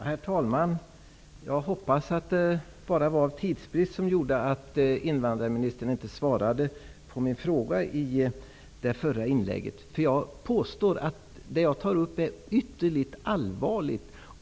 Herr talman! Jag hoppas att det bara var tidsbrist som gjorde att invandrarministern inte svarade på min fråga i det förra inlägget. Det jag tar upp är ytterligt allvarligt.